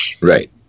right